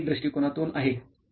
हे व्यावहारिक दृष्टिकोनातून आहे